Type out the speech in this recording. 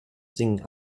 singen